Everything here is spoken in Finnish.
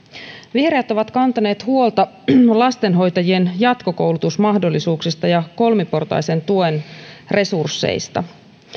vihreät ovat kantaneet huolta lastenhoitajien jatkokoulutusmahdollisuuksista ja kolmiportaisen tuen resursseista